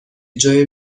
جای